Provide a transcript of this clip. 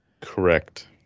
Correct